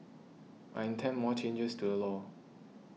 I intend more changes to the law